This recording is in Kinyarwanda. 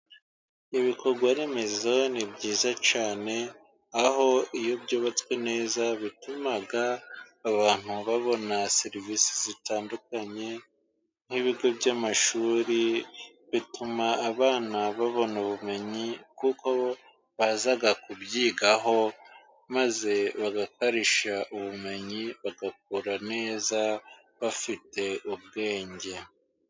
Ibikorwaremezo ni byiza cyane. Aho iyo byubatswe neza, bituma abantu babona serivisi zitandukanye: nk'ibigo by'amashuri bituma abana babona ubumenyi kuko bo, baza kubyigaho maze bagakarisha ubumenyi bagakura neza bafite ubwenge.